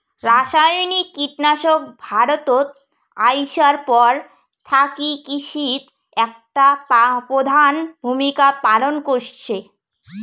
রাসায়নিক কীটনাশক ভারতত আইসার পর থাকি কৃষিত একটা প্রধান ভূমিকা পালন করসে